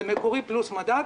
זה מקורי פלוס מדד.